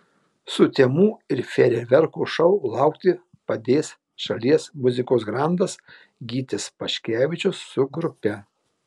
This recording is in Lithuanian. sutemų ir fejerverkų šou laukti padės šalies muzikos grandas gytis paškevičius su grupe